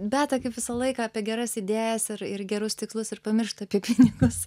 beta kaip visą laiką apie geras idėjas ir ir gerus tikslus ir pamiršta apie pinigus